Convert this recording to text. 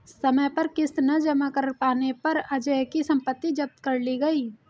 समय पर किश्त न जमा कर पाने पर अजय की सम्पत्ति जब्त कर ली गई